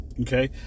Okay